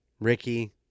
Ricky